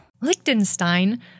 Liechtenstein